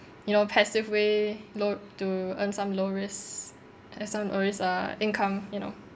you know passive way low to earn some low risk as some low risk uh income you know